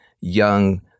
young